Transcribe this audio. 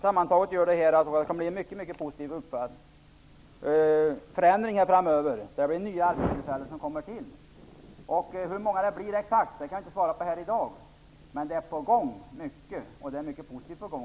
Sammantaget gör detta att det kommer att bli en mycket positiv förändring framöver. Det kommer till nya arbetstillfällen. Jag kan inte här i dag svara på exakt hur många det kommer att bli, men det är mycket positivt på gång.